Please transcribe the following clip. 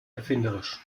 erfinderisch